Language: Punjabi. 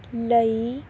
ਲਈ